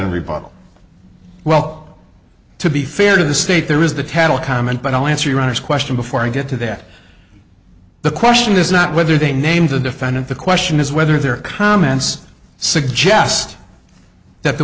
seven rebuttal well to be fair to the state there is the tattle comment but i'll answer your honor's question before i get to that the question is not whether they named the defendant the question is whether their comments suggest that the